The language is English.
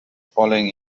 following